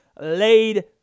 laid